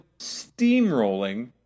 steamrolling